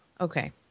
Okay